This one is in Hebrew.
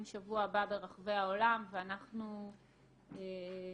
שבוע הבא ברחבי העולם ואנחנו החלטנו,